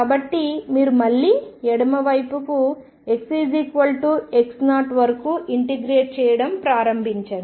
కాబట్టి మీరు మళ్లీ ఎడమవైపుకు xx0 వరకు ఇంటిగ్రేట్ చేయడం ప్రారంభించండి